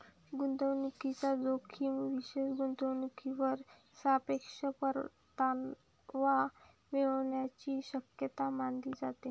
गुंतवणूकीचा जोखीम विशेष गुंतवणूकीवर सापेक्ष परतावा मिळण्याची शक्यता मानली जाते